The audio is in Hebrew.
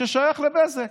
ששייך לבזק,